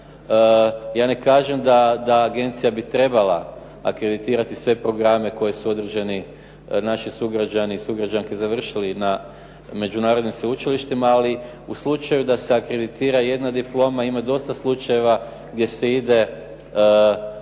Ja ne kažem da agencija bi trebala akreditirati sve programe koje su određeni naši sugrađani i naše sugrađanke završili na međunarodnim sveučilištima, ali u slučaju da se akreditira jedna diploma, ima dosta slučajeva gdje se ide na